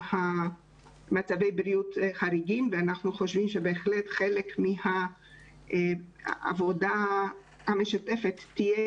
במצבי בריאות חריגים ואנחנו חושבים שבהחלט חלק מהעבודה המשותפת תהיה